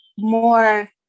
more